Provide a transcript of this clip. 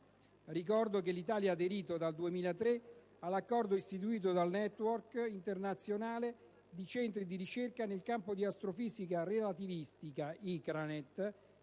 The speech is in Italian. Ricordo che l'Italia ha aderito dal 2003 all'Accordo istitutivo appunto del *Network* internazionale di centri di ricerca nel campo dell'astrofisica relativistica, sorto